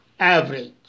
average